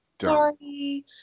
sorry